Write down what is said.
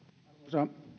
arvoisa